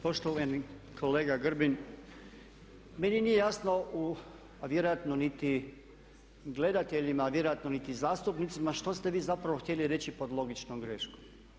Poštovani kolega Grbin, meni nije jasno, a vjerojatno niti gledateljima, a vjerojatno niti zastupnicima što ste vi zapravo htjeli reći pod logičnom greškom?